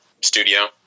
studio